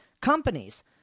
companies